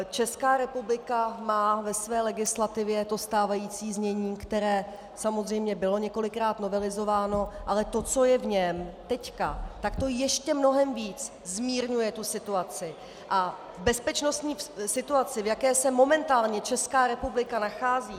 Česká republika má ve své legislativě to stávající znění, které samozřejmě bylo několikrát novelizováno, ale to, co je v něm teď, tak to ještě mnohem víc zmírňuje situaci, a bezpečnostní situaci, v jaké se momentálně Česká republika nachází.